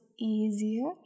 easier